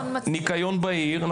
ניקיון בעיר,